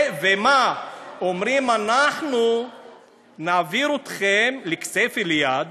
ומה, אומרים: אנחנו נעביר אתכם לכסייפה, ליד,